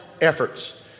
efforts